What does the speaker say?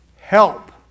help